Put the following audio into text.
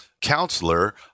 counselor